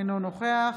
אינו נוכח